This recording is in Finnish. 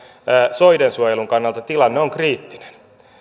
soidensuojelun kannalta tilanne on kriittinen